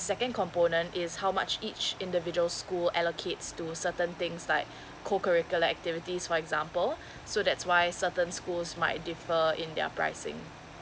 second component is how much each individual school allocates to certain things like co curricular activities for example so that's why certain schools might defer in their pricing